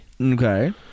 Okay